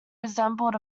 resembled